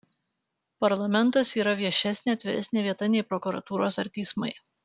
parlamentas yra viešesnė atviresnė vieta nei prokuratūros ar teismai